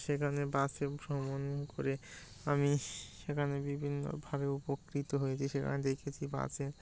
সেখানে বাসে ভ্রমণ করে আমি সেখানে বিভিন্ন ভাবে উপকৃত হয়েছি সেখানে দেখেছি বাসে